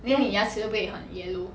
then 你牙齿会不会很 yellow